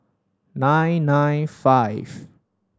nine nine five